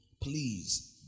please